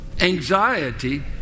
anxiety